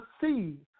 see